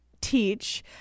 teach